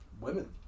women